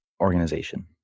organization